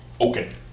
Okay